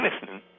listening